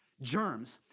germs.